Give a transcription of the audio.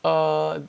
uh